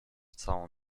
całą